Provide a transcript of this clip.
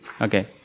okay